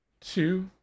two